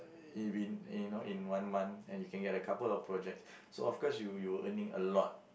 it been you know in one month and you can get like couple of projects so of course you were earning a lot